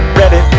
ready